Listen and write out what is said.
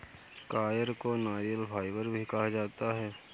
coir को नारियल fibre भी कहा जाता है